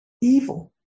Evil